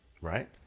right